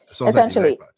Essentially